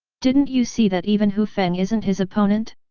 didn't you see that even hu feng isn't his opponent?